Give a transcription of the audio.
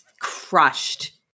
crushed